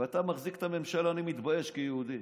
ואתה מחזיק את הממשלה אני מתבייש כיהודי.